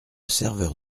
serveur